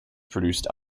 produced